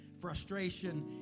frustration